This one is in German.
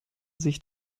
sich